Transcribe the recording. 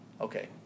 Okay